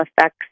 effects